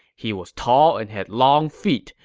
he was tall and had long feet,